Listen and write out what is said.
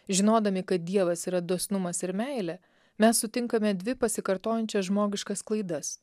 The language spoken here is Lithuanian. žinodami kad dievas yra dosnumas ir meilė mes sutinkame dvi pasikartojančias žmogiškas klaidas